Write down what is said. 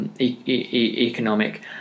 economic